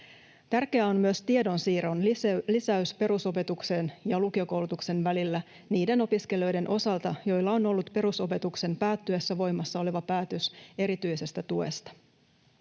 Tärkeää on myös tiedonsiirron lisäys perusopetuksen ja lukiokoulutuksen välillä niiden opiskelijoiden osalta, joilla on ollut perusopetuksen päättyessä voimassa oleva päätös erityisestä tuesta.